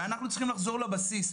אנחנו צריכים לחזור לבסיס,